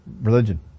religion